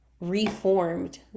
reformed